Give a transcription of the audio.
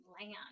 land